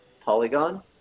Polygon